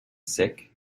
sick